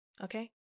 okay